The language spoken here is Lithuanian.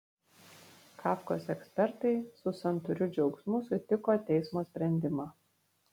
kafkos ekspertai su santūriu džiaugsmu sutiko teismo sprendimą